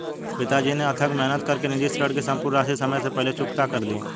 पिताजी ने अथक मेहनत कर के निजी ऋण की सम्पूर्ण राशि समय से पहले चुकता कर दी